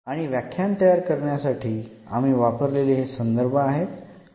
आणि व्याख्यान तयार करण्यासाठी आम्ही वापरलेले हे संदर्भ आहेत